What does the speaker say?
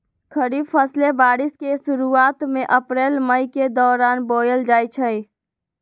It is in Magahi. खरीफ फसलें बारिश के शुरूवात में अप्रैल मई के दौरान बोयल जाई छई